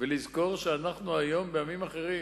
ולזכור שאנחנו היום בימים אחרים.